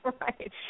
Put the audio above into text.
right